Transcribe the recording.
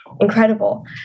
incredible